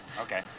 Okay